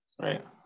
right